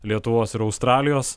lietuvos ir australijos